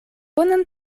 bonan